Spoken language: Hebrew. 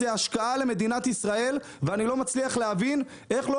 זו השקעה למדינת ישראל ואני לא מצליח להבין איך לא